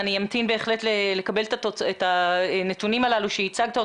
אני אמתין בהחלט לקבל את הנתונים הללו שהצגת.